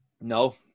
No